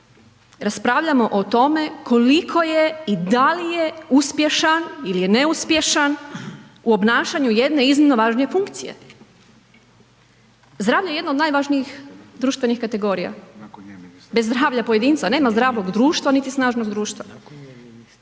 raspravljamo o tome koliko je i da li je uspješan ili je ne uspješan u obnašanju jedne iznimno važne funkcije. Zdravlje je jedno od najvažnijih društvenih kategorija, bez zdravlja pojedinca nema zdravog društva niti snažnog društva.